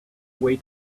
way